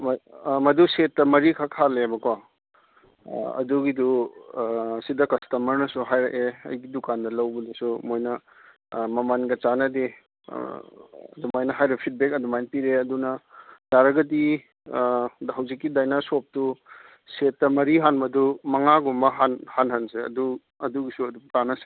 ꯃꯗꯨ ꯁꯦꯠꯇ ꯃꯔꯤ ꯈꯛ ꯍꯥꯜꯂꯦꯕꯀꯣ ꯑꯗꯨꯒꯤꯗꯨ ꯁꯤꯗ ꯀꯁꯇꯃꯔꯅꯁꯨ ꯍꯥꯏꯔꯛꯑꯦ ꯑꯩꯒꯤ ꯗꯨꯀꯥꯟꯗ ꯂꯧꯕꯗꯁꯨ ꯃꯣꯏꯅ ꯃꯃꯜꯒ ꯆꯥꯟꯅꯗꯦ ꯑꯗꯨꯃꯥꯏꯅ ꯍꯥꯏꯔꯛꯑꯦ ꯐꯤꯗꯕꯦꯛ ꯑꯗꯨꯃꯥꯏꯅ ꯄꯤꯔꯛꯑꯦ ꯑꯗꯨꯅ ꯌꯥꯔꯒꯗꯤ ꯑꯗ ꯍꯧꯖꯤꯛꯀꯤ ꯗꯥꯏꯅꯥ ꯁꯣꯞꯇꯨ ꯁꯦꯠꯇ ꯃꯔꯤ ꯍꯥꯟꯕꯗꯨ ꯃꯉꯥꯒꯨꯝꯕ ꯍꯥꯟꯍꯟꯁꯦ ꯑꯗꯨ ꯑꯗꯨꯒꯤꯁꯨ ꯑꯗꯨꯝ ꯇꯥꯟꯅꯁꯦ